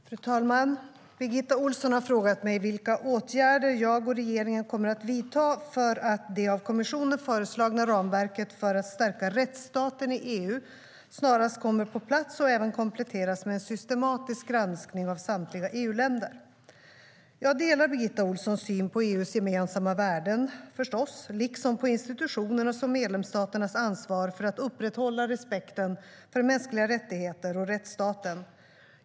Svar på interpellationer Fru talman! Birgitta Ohlsson har frågat mig vilka åtgärder jag och regeringen kommer att vidta för att det av kommissionen föreslagna ramverket för att stärka rättsstaten i EU snarast kommer på plats och även kompletteras med en systematisk granskning av samtliga EU-länder. Jag delar förstås Birgitta Ohlssons syn på EU:s gemensamma värden, liksom på institutionernas och medlemsstaternas ansvar för att upprätthålla respekten för mänskliga rättigheter och rättsstaten.